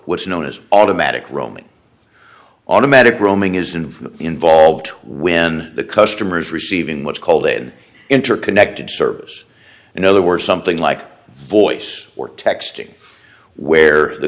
what's known as an automatic roaming automatic roaming isn't for the involved when the customer is receiving what's called an interconnected service in other words something like voice or texting where the